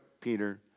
Peter